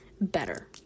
better